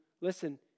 listen